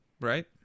right